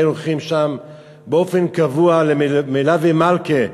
היינו הולכים שם באופן קבוע ל"מלווה מלכה",